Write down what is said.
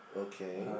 okay